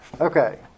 Okay